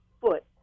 foot